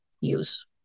use